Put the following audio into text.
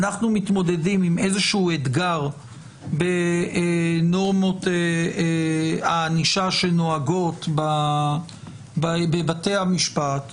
אנחנו מתמודדים עם איזשהו אתגר בנורמות הענישה שנוהגות בבתי המשפט,